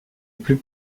plus